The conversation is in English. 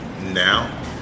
now